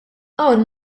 hawn